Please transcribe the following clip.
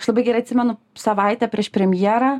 aš labai gerai atsimenu savaitę prieš premjerą